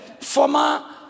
former